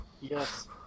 Yes